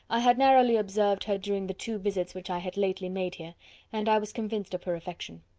i had narrowly observed her during the two visits which i had lately made here and i was convinced of her affection.